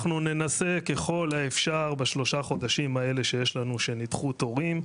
אנחנו ננסה ככל האפשר בשלושה חודשים האלו שיש לנו שנדחו תורים,